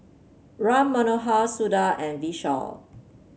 Ram Manohar Suda and Vishal